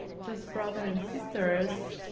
just brother and sisters